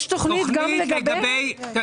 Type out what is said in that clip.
יש תכנית גם לגביהם?